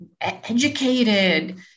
educated